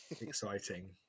exciting